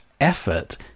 effort